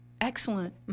Excellent